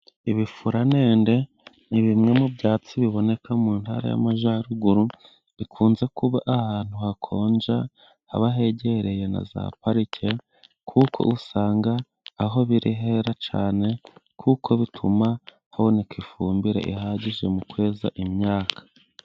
Ibifuranende, ni bimwe mu byatsi biboneka mu ntara y'Amajyaruguru, bikunze kuba ahantu hakonja, haba hegereye na za parike, kuko usanga aho biri hera cyane, kuko bituma haboneka ifumbire ihagije mu kweza imyaka.